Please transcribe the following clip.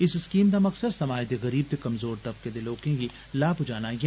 इस स्कीमै दा मकसद समाज दे गरीब ते कमजोर तबके दे लोकें गी लाह पुजाना ऐ